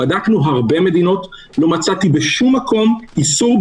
בדקנו הרבה מדינות ולא מצאתי בשום מקום איסור,